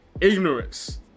ignorance